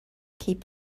keep